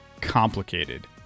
complicated